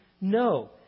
no